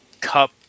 cup